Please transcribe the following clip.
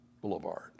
Boulevard